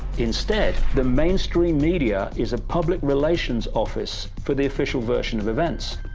instead, the mainstream media is a public relations office for the official version of events.